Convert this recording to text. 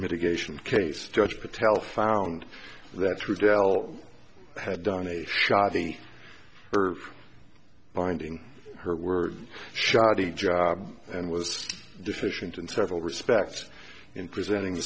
mitigation case judge patel found that through dell had done a shoddy earth binding her were shoddy job and was deficient in several respects in presenting